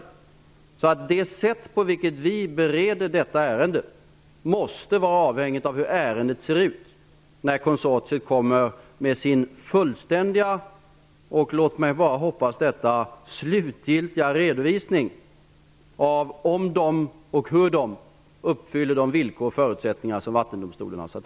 Därför måste det sätt som vi bereder detta ärende på vara avhängigt av hur ärendet ser ut när konsortiet kommer med sin fullständiga och -- låt mig bara hoppas -- slutgiltiga redovisning av om och hur konsortiet uppfyller de villkor och förutsättningar som Vattendomstolen har krävt.